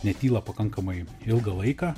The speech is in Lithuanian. netyla pakankamai ilgą laiką